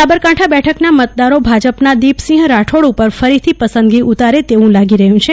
સાબરકાંઠા બેઠકના મતદારો ભાજપના દીપસિંહ રાઠોડ ઉપર ફરીથી પસંદગી ઉતારે તેવું લાગે છે